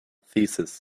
thesis